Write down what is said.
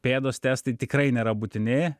pėdos testai tikrai nėra būtini